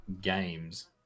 games